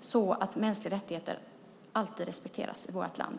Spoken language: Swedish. så att mänskliga rättigheter alltid respekteras i vårt land.